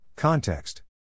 Context